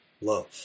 love